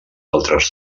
altres